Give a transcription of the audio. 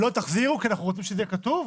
לא, תחזירו כי אנחנו רוצים שזה יהיה כתוב?